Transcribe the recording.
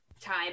time